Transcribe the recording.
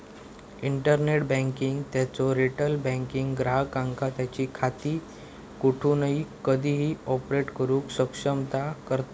internet banking त्यांचो retail banking ग्राहकांका त्यांची खाती कोठूनही कधीही ऑपरेट करुक सक्षम करता